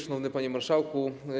Szanowny Panie Marszałku!